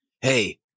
hey